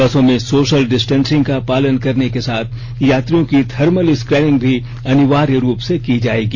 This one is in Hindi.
बसों में सोशल डिस्टेंसिंग का पालन करने के साथ यात्रियों की थर्मल स्कैनिंग भी अनिवार्य रूप से की जाएगी